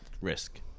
risk